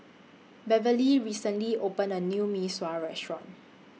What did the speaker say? Beverly recently opened A New Mee Sua Restaurant